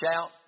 shout